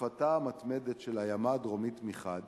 הצפתה המתמדת של הימה הדרומית מחד